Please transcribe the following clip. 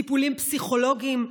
טיפולים פסיכולוגיים.